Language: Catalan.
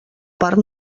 part